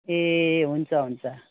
ए हुन्छ हुन्छ